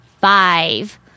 five